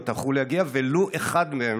לא טרחו להגיע ולו אחד מהם: